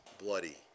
bloody